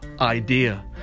idea